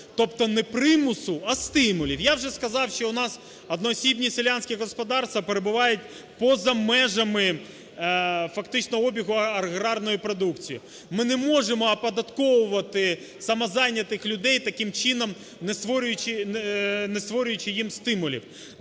тобто не примусу, а стимулів. Я вже сказав, що у нас одноосібні селянські господарства перебувають поза межами фактично обігу аграрної продукції. Ми не можемо оподатковувати самозайнятих людей, таким чином не створюючи їм стимулів.